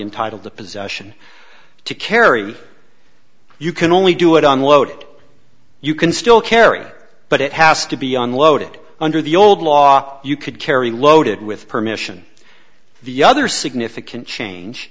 entitled the possession to carry you can only do it on load you can still carry but it has to be unloaded under the old law you could carry loaded with permission the other significant change